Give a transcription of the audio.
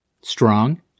Strong